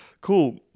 cool